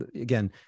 again